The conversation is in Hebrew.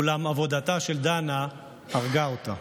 אולם עבודתה של דנה הרגה אותה.